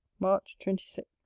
march twenty six.